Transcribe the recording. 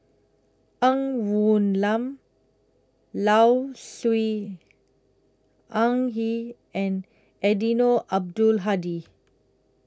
Ng Woon Lam Low Siew Nghee and Eddino Abdul Hadi